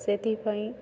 ସେଥିପାଇଁ